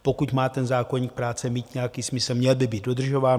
Pokud má zákoník práce mít nějaký smysl, měl by být dodržován.